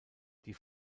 die